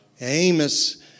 Amos